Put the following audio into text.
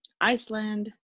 Iceland